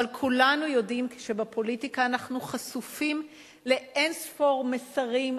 אבל כולנו יודעים שבפוליטיקה אנחנו חשופים לאין-ספור מסרים,